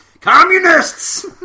Communists